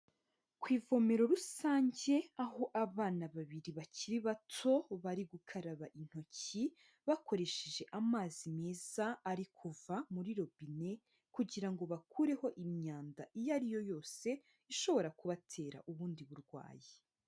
Ku ivomero rusange, aho abana babiri bakiri bato bari gukaraba intoki bakoresheje amazi meza ari kuva muri robine kugira ngo bakureho imyanda iyo ari yo yose ishobora kubatera ubundi burwayi.